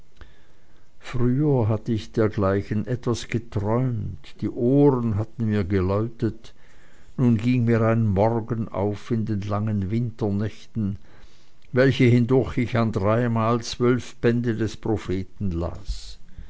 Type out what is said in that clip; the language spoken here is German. früher hatte ich dergleichen etwas geträumt die ohren hatten mir geläutet nun ging mir ein morgen auf in den langen winternächten welche hindurch ich an dreimal zwölf bände des propheten las